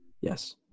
Yes